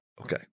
Okay